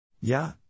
Ja